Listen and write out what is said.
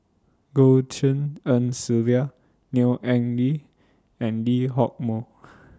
Goh Tshin En Sylvia Neo Anngee and Lee Hock Moh